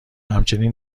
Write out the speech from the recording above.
همچنین